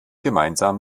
gemeinsam